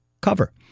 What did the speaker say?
cover